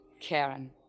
Karen